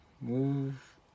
move